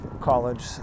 college